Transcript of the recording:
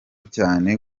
cyane